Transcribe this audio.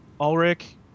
Ulrich